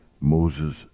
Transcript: Moses